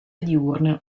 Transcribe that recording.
diurne